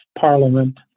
parliament